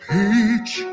Peach